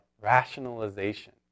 rationalization